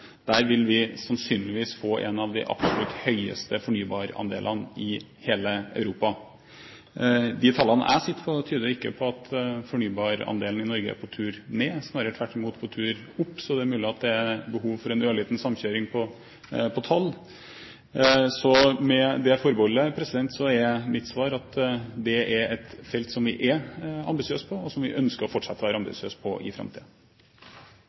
Der vil vi sannsynligvis få en av de absolutt høyeste fornybarandelene i hele Europa. De tallene jeg sitter på, tyder ikke på at fornybarandelen i Norge er på tur ned, men tvert imot på tur opp, så det er mulig at det er behov for en ørliten samkjøring på tall. Med det forbeholdet er mitt svar at det er et felt som vi er ambisiøse på, og som vi ønsker å fortsette å være ambisiøse på i